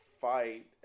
fight